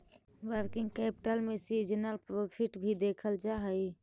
working capital में seasonal profit भी देखल जा हई